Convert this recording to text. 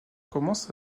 commence